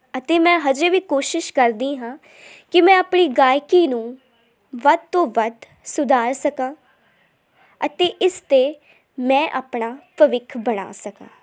ਅਤੇ ਮੈਂ ਹਜੇ ਵੀ ਕੋਸ਼ਿਸ਼ ਕਰਦੀ ਹਾਂ ਕਿ ਮੈਂ ਆਪਣੀ ਗਾਇਕੀ ਨੂੰ ਵੱਧ ਤੋਂ ਵੱਧ ਸੁਧਾਰ ਸਕਾਂ ਅਤੇ ਇਸ 'ਤੇ ਮੈਂ ਆਪਣਾ ਭਵਿੱਖ ਬਣਾ ਸਕਾਂ